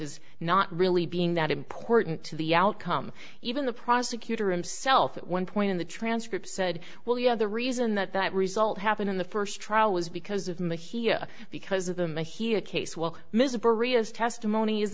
as not really being that important to the outcome even the prosecutor him self at one point in the transcript said well you know the reason that that result happened in the first trial was because of the heah because of them a he a case will be as testimony is